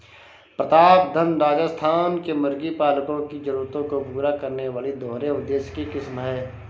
प्रतापधन राजस्थान के मुर्गी पालकों की जरूरतों को पूरा करने वाली दोहरे उद्देश्य की किस्म है